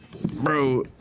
bro